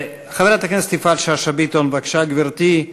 חברת הכנסת יפעת שאשא ביטון, בבקשה, גברתי,